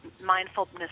mindfulness